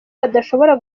badashobora